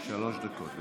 שלוש דקות.